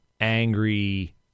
angry